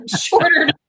shorter